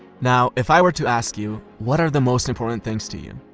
now if i were to ask you, what are the most important things to you?